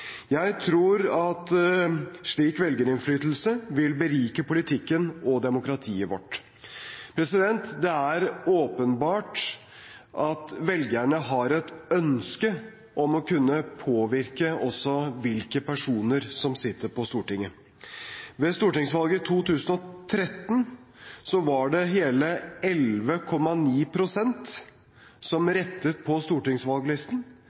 Jeg tror at slik velgerinnflytelse vil berike politikken og demokratiet vårt. Det er åpenbart at velgerne har et ønske om å kunne påvirke også hvilke personer som sitter på Stortinget. Ved stortingsvalget i 2013 var det hele 11,9 pst. som rettet på stortingsvalglisten.